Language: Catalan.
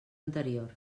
anterior